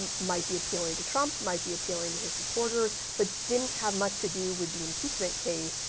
might be appealing to trump. might be appealing to his supporters but didn't have much to do with the impeachment case.